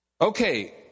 Okay